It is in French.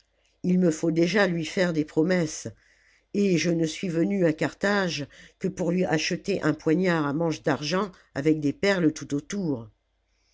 il me faut déjà lui faire des promesses et je ne suis venu à carthage que pour lui acheter un poignard à manche d'argent avec des perles tout autour